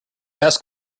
best